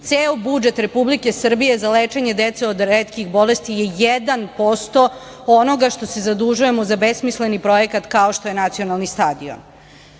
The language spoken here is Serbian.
Ceo budžet Republike Srbije za lečenje dece od retkih bolesti je 1% onoga što se zadužujemo za besmisleni projekat kao što je nacionalni stadion. Da